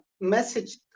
message